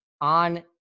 on